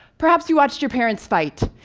perhaps you watched your parents fight.